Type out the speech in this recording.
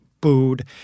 booed